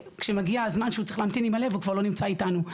וכשמגיע הזמן שצריך להמתין אליו עם הלב הוא כבר לא נמצא איתנו.